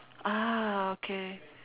ah okay